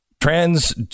Trans